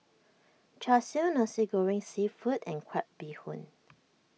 Char Siu Nasi Goreng Seafood and Crab Bee Hoon